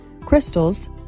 crystals